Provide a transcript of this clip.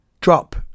drop